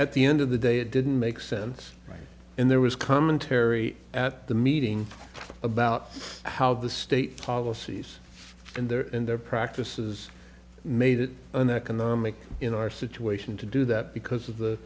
at the end of the day it didn't make sense and there was commentary at the meeting about how the state policies and their in their practices made it uneconomic in our situation to do that because of the